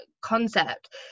concept